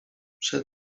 przed